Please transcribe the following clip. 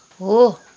हो